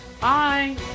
Bye